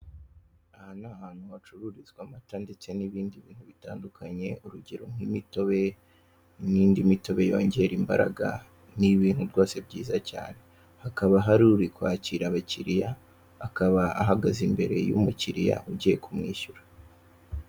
Aha ni ahantu hacururizwa amata ndetse n'ibindi bintu bitandukanye urugero nk'imitobe, n'indi mitobe yongera imbaraga. Ni ibintu rwose byiza cyane, hakaba hari uri kwakira abakiriya akaba ahagaze imbere y'umukiriya ugiye kumwishyura.